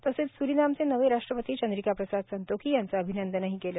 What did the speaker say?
तसेच स्रिनामचे नवे राष्ट्रपती चंद्रिका प्रसाद संतोखी यांचे अभिनंदन केले